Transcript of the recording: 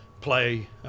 play